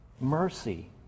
Mercy